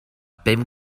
bum